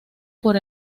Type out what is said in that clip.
por